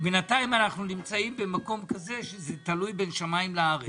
בינתיים אנחנו נמצאים במקום כזה שזה תלוי בין שמים לארץ.